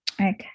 Okay